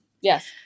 Yes